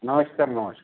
नमशकार नमशकार